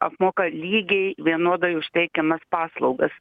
apmoka lygiai vienodai už teikiamas paslaugas